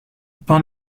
upon